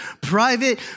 private